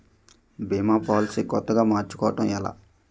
భీమా policy కొత్తగా మార్చుకోవడం ఎలా?